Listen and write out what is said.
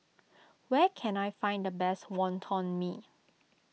where can I find the best Wonton Mee